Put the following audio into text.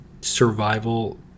survival